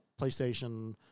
playstation